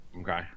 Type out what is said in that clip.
Okay